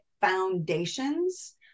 foundations